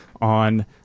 on